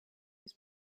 his